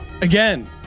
again